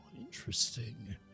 Interesting